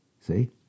See